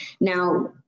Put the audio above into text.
now